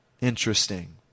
Interesting